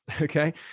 okay